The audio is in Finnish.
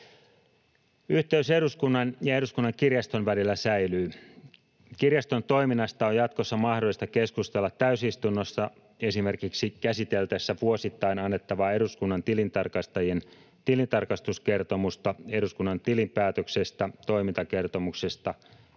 Yhteys eduskunnan ja Eduskunnan kirjaston välillä säilyy. Kirjaston toiminnasta on jatkossa mahdollista keskustella täysistunnossa esimerkiksi käsiteltäessä vuosittain annettavaa eduskunnan tilintarkastajien tilintarkastuskertomusta eduskunnan tilinpäätöksestä, toimintakertomuksesta,